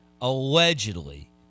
Allegedly